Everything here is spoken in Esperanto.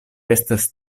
estas